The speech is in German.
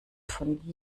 von